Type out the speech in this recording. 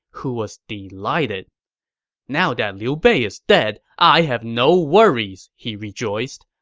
who was delighted now that liu bei is dead, i have no worries! he rejoiced.